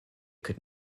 could